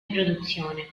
produzione